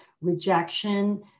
rejection